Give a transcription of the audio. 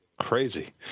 Crazy